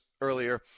earlier